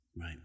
Right